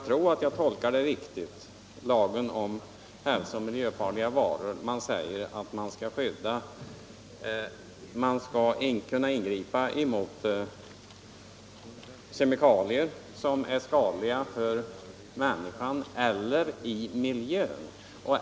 I lagen om hälsooch miljöfarliga varor sägs det att man skall kunna ingripa mot kemikalier som är skadliga ”för människan eller i miljön”.